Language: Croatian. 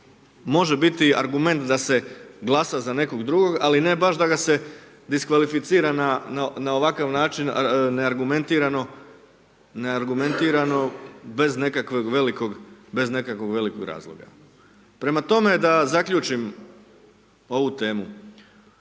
Može biti argument da se glasa za nekog drugog, ali ne baš da ga se diskvalificira na ovakav način, neargumentirano, bez nekakvog velikog razloga. Prema tome da zaključim ovu temu,